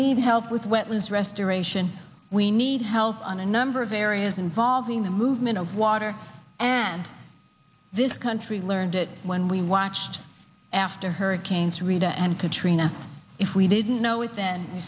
need help with wet was restoration we need help on a number of areas involving the movement of water and this country learned that when we watched after hurricanes rita and katrina if we didn't know it then